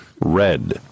red